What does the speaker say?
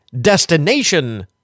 destination